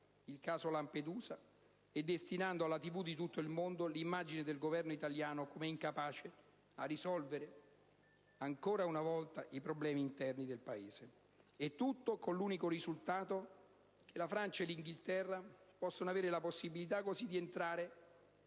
il caso Lampedusa e destinando alle televisioni di tutto il mondo l'immagine del Governo italiano come incapace a risolvere ancora una volta i problemi interni. Tutto, con l'unico risultato che la Francia e l'Inghilterra possono così avere la possibilità di entrare